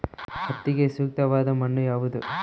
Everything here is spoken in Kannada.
ಹತ್ತಿಗೆ ಸೂಕ್ತವಾದ ಮಣ್ಣು ಯಾವುದು?